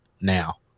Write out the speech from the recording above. now